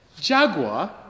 Jaguar